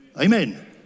Amen